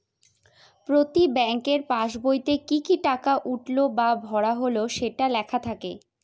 প্রতি ব্যাঙ্কের পাসবইতে কি কি টাকা উঠলো বা ভরা হল সেটা লেখা থাকে